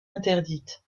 interdite